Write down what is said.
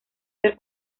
ser